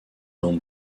bandes